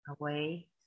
away